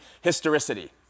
historicity